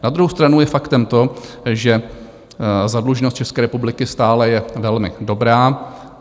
Na druhou stranu je faktem to, že zadluženost České republiky stále je velmi dobrá.